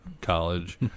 college